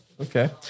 okay